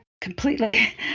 completely